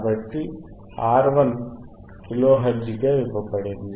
కాబట్టి R1 kilohertz గా ఇవ్వబడింది